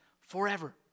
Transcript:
forever